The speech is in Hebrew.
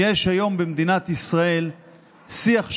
יש היום במדינת ישראל שיח שלילי.